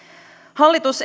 hallitus